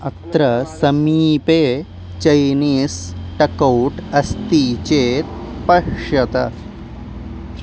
अत्र समीपे Chinese takeout अस्ति चेत् पश्यतु